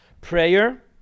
Prayer